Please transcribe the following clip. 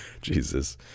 Jesus